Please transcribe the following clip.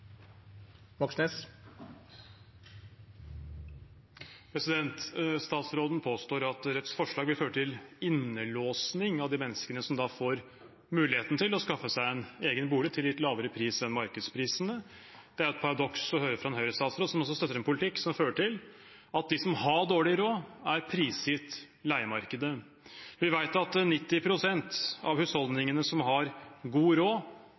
Statsråden påstår at Rødts forslag vil føre til innelåsing av de menneskene som da får muligheten til å skaffe seg en egen bolig til litt lavere pris enn markedsprisene. Det er et paradoks å høre fra en Høyre-statsråd, som altså støtter en politikk som fører til at de som har dårlig råd, er prisgitt leiemarkedet. Vi vet at 90 pst. av husholdningene som har god råd,